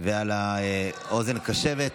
ועל האוזן הקשבת.